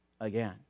again